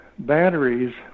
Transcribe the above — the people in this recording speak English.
batteries